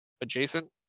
adjacent